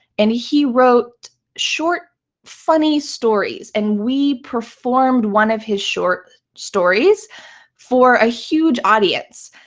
and he wrote short funny stories. and we performed one of his short stories for a huge audience,